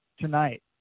tonight